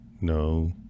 No